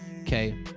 okay